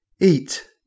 eat